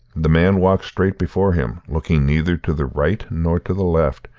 the man walked straight before him, looking neither to the right nor to the left,